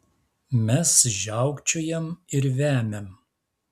mes žiaukčiojam ir vemiam